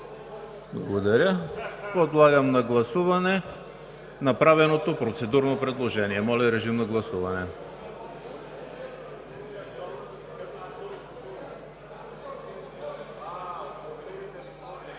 Благодаря. Подлагам на гласуване направеното процедурно предложение. Гласували